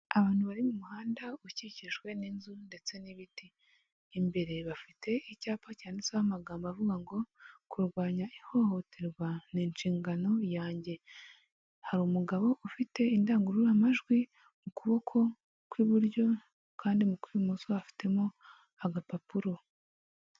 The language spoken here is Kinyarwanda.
Abantu bari mu muhanda ukikijwe n'inzu ndetse n'ibiti. Imbere bafite icyapa cyanditseho amagambo avuga ngo "Kurwanya ihohoterwa ni inshingano yanjye". Hari umugabo ufite indangururamajwi mu kuboko kw'iburyo kandi mu kw'ibumoso afitemo agapapuro.